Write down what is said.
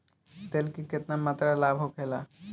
तेल के केतना मात्रा लाभ होखेला?